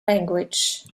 language